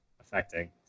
affecting